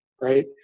right